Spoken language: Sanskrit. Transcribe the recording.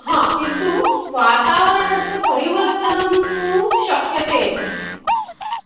हा किन्तु वातावरणस्य परिवर्तनं तु शक्यते एव